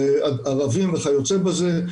ערבים וכיוצא בזה,